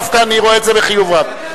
דווקא אני רואה את זה בחיוב רב.